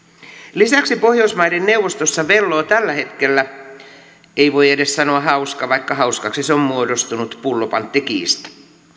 lisäksi pohjoismaiden neuvostossa velloo tällä hetkellä ei voi edes sanoa hauska vaikka hauskaksi se on muodostunut pullopanttikiista